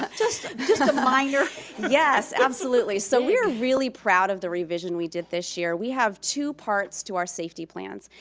ah just a um minor yes, absolutely. so we're really proud of the revision we did this year. we have two parts to our safety plans.